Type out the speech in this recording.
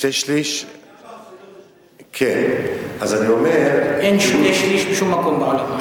גם באכסניות, אין שתי-שליש בשום מקום בעולם.